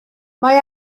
mae